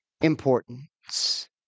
importance